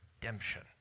redemption